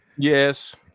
Yes